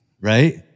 right